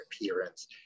appearance